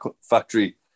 Factory